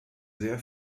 sehr